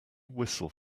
whistle